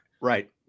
Right